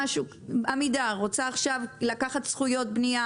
עמידר רוצה עכשיו לקחת זכויות בנייה